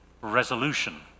resolution